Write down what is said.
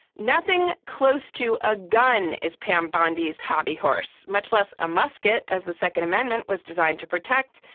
nothing close to a gun is pam bondi's hobby horse, much less a musket. as the second amendment was designed to protect,